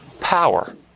Power